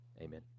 Amen